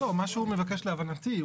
להבנתי,